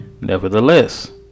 Nevertheless